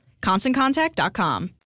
ConstantContact.com